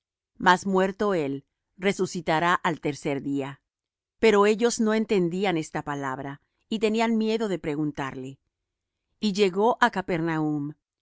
mas muerto él resucitará al tercer día pero ellos no entendían esta palabra y tenían miedo de preguntarle y llegó á capernaum